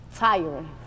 Tiring